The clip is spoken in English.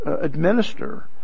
administer